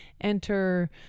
enter